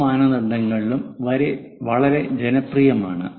O മാനദണ്ഡങ്ങളിലും വളരെ ജനപ്രിയമാണ്